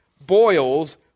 boils